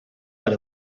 per